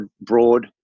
broad